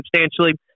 substantially